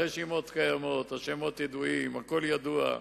הרשימות קיימות, השמות ידועים, הכול ידוע.